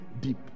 deep